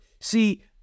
See